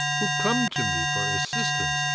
who come to me for assistance,